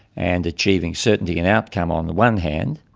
and achieving certainty in outcome on the one hand,